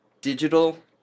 digital